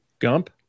Gump